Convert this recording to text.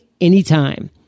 anytime